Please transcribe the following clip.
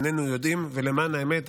למען האמת,